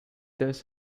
this